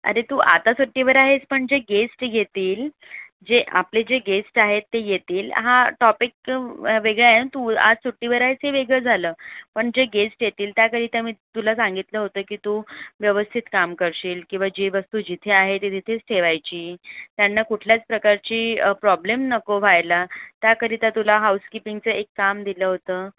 अरे तू आता सुट्टीवर आहेस पण जे गेस्ट येतील जे आपले जे गेस्ट आहेत ते येतील हा टॉपिक तर वेगळा आहे तू आज सुट्टीवर आहेस हे वेगळं झालं पण जे गेस्ट येतील त्याकरिता मी तुला सांगितलं होतं की तू व्यवस्थित काम करशील किंवा जी वस्तू जिथे आहे ती तिथेच ठेवायची त्यांना कुठल्याच प्रकारची प्रॉब्लेम नको व्हायला त्याकरिता तुला हाउसकीपिंगचं एक काम दिलं होतं